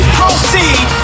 proceed